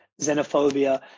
xenophobia